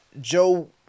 Joe